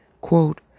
Quote